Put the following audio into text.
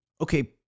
okay